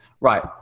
right